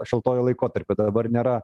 šaltuoju laikotarpiu dabar nėra